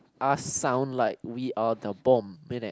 us sound like we are bomb in it